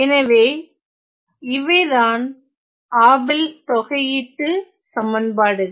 எனவே இவைதான் ஆபெல் தொகையீட்டுச்சமன்பாடுகள்